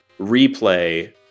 replay